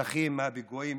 הנרצחים בפיגועים